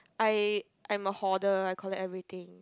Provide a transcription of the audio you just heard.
I I'm a hoarder I collect everything